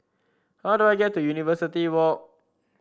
how do I get to University Walk